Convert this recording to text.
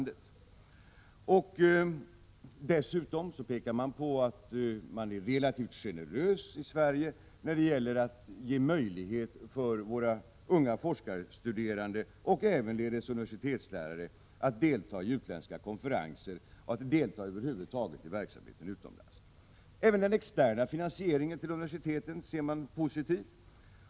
Dessutom pekar de på att man i Sverige är relativt generös när det gäller att ge möjligheter för unga forskarstuderande och ävenledes universitetslärare att delta i utländska konferenser och över huvud taget i verksamhet utomlands. Även den externa finansieringen på universiteten ser de som positiv.